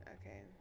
Okay